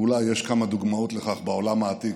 אולי יש כמה דוגמאות לכך בעולם העתיק,